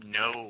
no